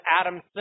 Adam